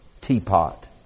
teapot